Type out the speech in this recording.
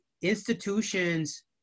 Institutions